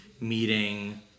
meeting